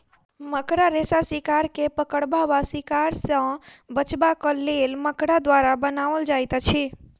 मकड़ा रेशा शिकार के पकड़बा वा शिकार सॅ बचबाक लेल मकड़ा द्वारा बनाओल जाइत अछि